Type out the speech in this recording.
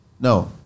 no